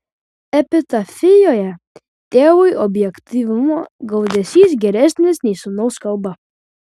epitafijoje tėvui objektyvumo gaudesys garsesnis nei sūnaus kalba